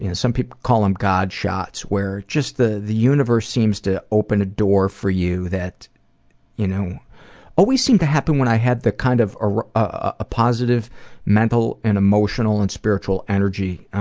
you know some people call em god shots where just the the universe seems to open a door for you that you know always seemed to happen when i had the kind of ah ah positive mental and emotional and spiritual energy